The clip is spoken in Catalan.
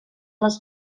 les